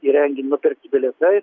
į renginį nupirkti bilietai